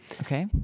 Okay